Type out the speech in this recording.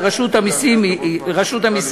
ורשות המסים הסכימה.